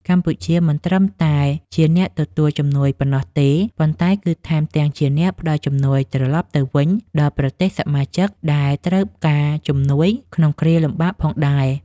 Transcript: កម្ពុជាមិនត្រឹមតែជាអ្នកទទួលជំនួយប៉ុណ្ណោះទេ ប៉ុន្តែ គឺថែមទាំងជាអ្នកផ្តល់ជំនួយត្រឡប់ទៅវិញដល់ប្រទេសសមាជិកដែលត្រូវការជំនួយក្នុងគ្រាលំបាកផងដែរ។